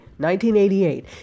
1988